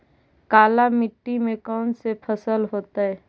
काला मिट्टी में कौन से फसल होतै?